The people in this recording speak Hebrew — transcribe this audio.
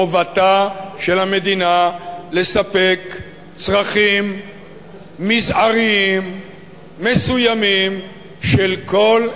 חובתה של המדינה לספק צרכים מזעריים מסוימים של כל אזרחיה.